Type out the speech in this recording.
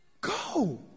go